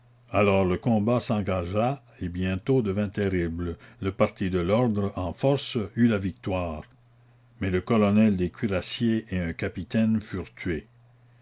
alors le combat s'engagea et bientôt devint terrible le parti de l'ordre en force eut la victoire mais le colonel des cuirassiers et un capitaine